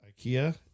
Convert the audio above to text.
Ikea